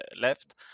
left